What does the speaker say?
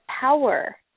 power